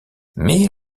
mais